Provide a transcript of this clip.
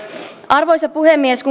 arvoisa puhemies